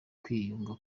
kwiyunga